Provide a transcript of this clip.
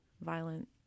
violent